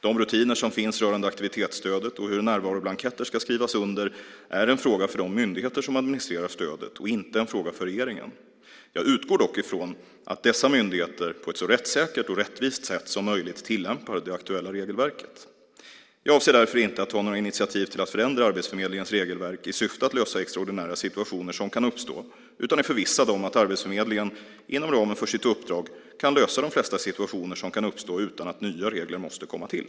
De rutiner som finns rörande aktivitetsstödet och hur närvaroblanketter ska skrivas under är en fråga för de myndigheter som administrerar stödet och inte en fråga för regeringen. Jag utgår dock från att dessa myndigheter på ett så rättssäkert och rättvist sätt som möjligt tillämpar det aktuella regelverket. Jag avser därför inte att ta några initiativ till att förändra Arbetsförmedlingens regelverk i syfte att lösa extraordinära situationer som kan uppstå utan är förvissad om att Arbetsförmedlingen, inom ramen för sitt uppdrag, kan lösa de flesta situationer som kan uppstå utan att nya regler måste komma till.